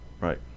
Right